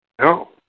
No